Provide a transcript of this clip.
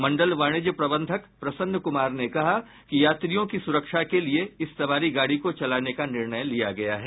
मंडल वाणिज्य प्रबंधक प्रसन्न कुमार ने कहा कि यात्रियों की सुविधा के लिए इस सवारी गाड़ी को चलाने का निर्णय लिया है